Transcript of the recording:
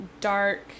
dark